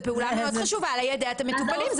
זה פעולה מאוד חשובה ליידע את המטופלים.